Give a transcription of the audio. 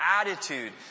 attitude